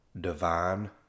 divine